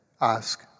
Ask